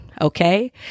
Okay